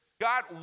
God